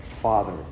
Father